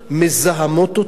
מזהמות אותו,